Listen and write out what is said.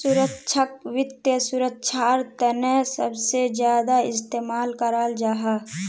सुरक्षाक वित्त सुरक्षार तने सबसे ज्यादा इस्तेमाल कराल जाहा